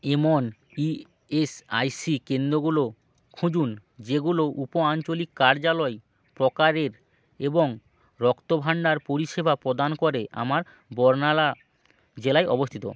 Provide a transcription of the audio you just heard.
এমন ইএসআইসি কেন্দ্রগুলো খুঁজুন যেগুলো উপ আঞ্চলিক কার্যালয় প্রকারের এবং রক্তভাণ্ডার পরিষেবা প্রদান করে আমার বর্নালা জেলায় অবস্থিত